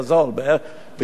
בדיוק ההיפך.